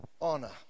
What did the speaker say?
Honor